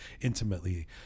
intimately